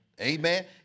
Amen